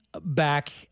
back